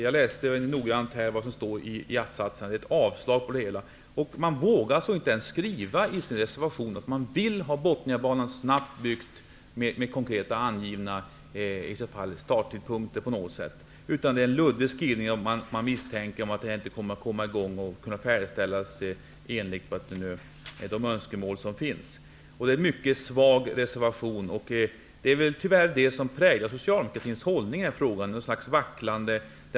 Jag har nämligen noga läst att-satsen i det här avseendet. Man vågar inte ens skriva i sin reservation att man vill att Bothniabanan snabbt skall byggas. Inte heller anges några konkreta starttidpunkter. I stället är det en luddig skrivning om att man misstänker att det här arbetet inte kommer att komma i gång och färdigställas enligt de önskemål som finns. Reservationen är alltså mycket svag. Tyvärr är det väl just den här sortens vacklande som präglar Socialdemokraternas hållning i denna fråga.